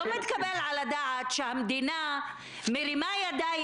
לא מתקבל על הדעת שהמדינה מרימה ידיים